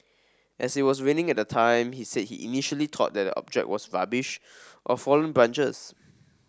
as it was raining at the time he said he initially thought that the object was rubbish or fallen branches